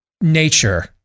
nature